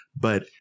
but-